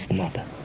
mother